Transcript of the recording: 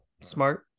Smart